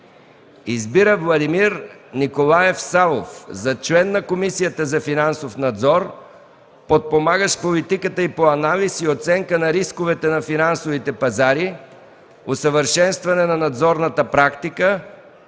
Избира Владимир Николаев Савов за член на Комисията за финансов надзор, подпомагащ политиката й по анализ и оценка на рисковете на финансовите пазари, усъвършенстване на надзорната практика